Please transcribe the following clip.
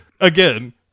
again